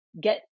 get